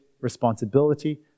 responsibility